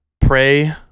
Pray